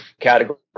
category